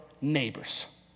neighbors